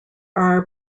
are